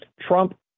Trump